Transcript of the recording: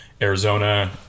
Arizona